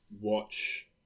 watch